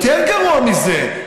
יותר גרוע מזה.